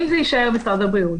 אם זה יישאר משרד הבריאות,